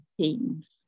teams